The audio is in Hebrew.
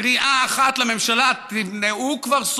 קריאה אחת לממשלה: תמנעו כבר,